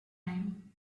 time